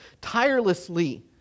tirelessly